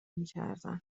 میکردن